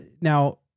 now